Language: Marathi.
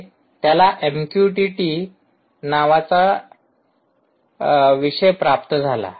त्याला एमक्यूटीटी आणि एमक्यूटीटी नावाचा विषय प्राप्त झाला